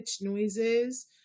noises